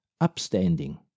upstanding